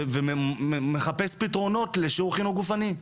ומחפש פתרונות לשיעור חינוך גופני.